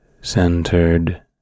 centered